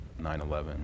9-11